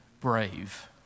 brave